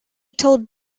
told